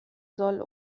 soll